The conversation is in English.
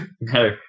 No